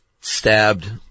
stabbed